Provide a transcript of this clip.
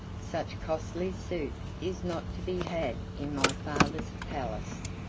such costly soup is not to be had in my father's palace,